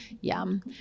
Yum